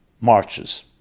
marches